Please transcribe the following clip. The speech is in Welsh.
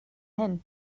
hyn